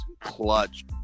clutch